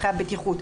מבחינת הבטיחות.